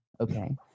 Okay